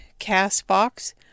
Castbox